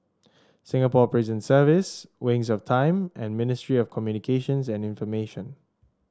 Singapore Prison Service Wings of Time and Ministry of Communications and Information